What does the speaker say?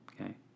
Okay